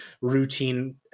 routine